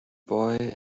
boy